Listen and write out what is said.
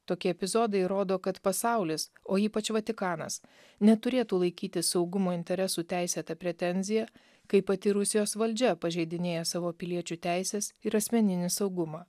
tokie epizodai rodo kad pasaulis o ypač vatikanas neturėtų laikyti saugumo interesų teisėta pretenzija kai pati rusijos valdžia pažeidinėja savo piliečių teises ir asmeninį saugumą